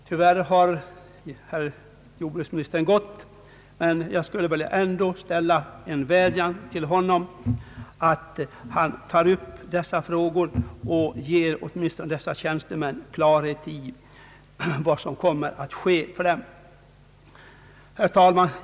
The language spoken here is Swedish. Tyvärr har jordbruksministern avlägsnat sig från kammaren, men jag skulle ändå vilja rikta en vädjan till honom att ta upp dessa frågor och ge dessa tjänstemän klarhet i vad som kommer att ske. Herr talman!